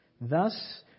Thus